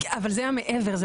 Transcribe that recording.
אבל זה מעבר.